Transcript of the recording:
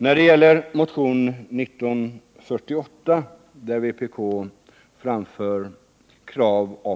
När det gäller motionen 1948 framför vpk krav på ”1.